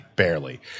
Barely